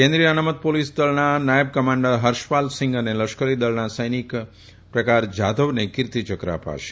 કેન્દ્રીય અનાતમ પોલીસ દળના નાયબ કમાન્ડર હર્ષપાલસિંઘ અને લશ્કરીદળના સૈનિક પ્રકાર જાધવને ક્રિર્તિ યક્ર અપાશે